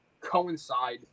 coincide